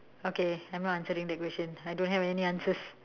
okay I'm not answering the question I don't have any answers